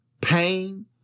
pain